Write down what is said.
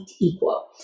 equal